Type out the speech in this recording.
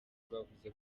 bwavuze